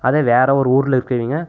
அதே வேறு ஒரு ஊரில் இருக்கவங்க